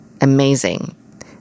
amazing